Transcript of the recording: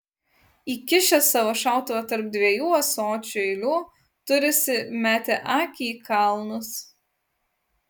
įkišęs savo šautuvą tarp dviejų ąsočių eilių turisi metė akį į kalnus